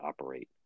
operate